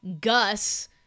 Gus